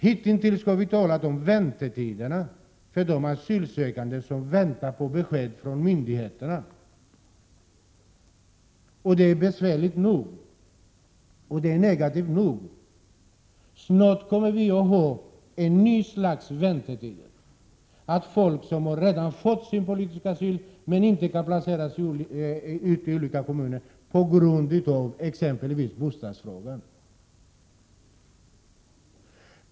Hitintills har vi talat om väntetiderna för de asylsökande som väntar på besked från myndigheterna. Det är besvärligt och negativt nog. Snart kommer vi att ha ett nytt slags väntetider som gäller människor som redan har fått sin politiska asyl men som inte kan placeras ut i olika kommuner på grund avt.ex. svårigheter att finna en bostad.